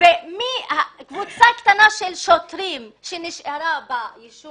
וקבוצה קטנה של שוטרים שנשארו ביישוב